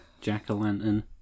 jack-o-lantern